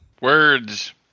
Words